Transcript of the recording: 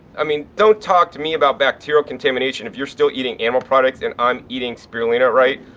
i mean, don't talk to me about bacterial contamination if you're still eating animal products and i'm eating spirulina, right.